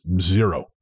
zero